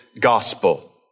gospel